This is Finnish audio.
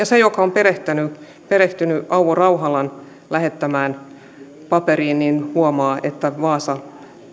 se joka on perehtynyt on perehtynyt auvo rauhalan lähettämään paperiin huomaa että vaasa